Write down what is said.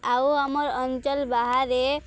ଆଉ ଆମର୍ ଅଞ୍ଚଳ ବାହାରେ